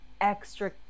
extra